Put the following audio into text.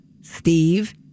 Steve